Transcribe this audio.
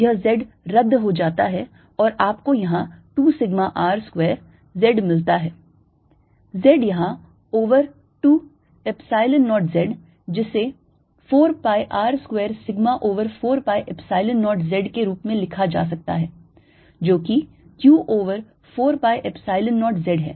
यह z रद्द हो जाता है और आपको यहाँ 2 sigma R square z मिलता हैं z यहाँ over 2 Epsilon 0 z जिसे 4 pi R square sigma over 4 pi Epsilon naught z के रूप में लिखा जा सकता है जो कि q over 4 pi Epsilon naught z है